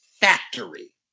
factory